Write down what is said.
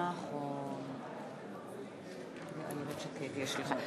אדוני היושב-ראש, עשר דקות.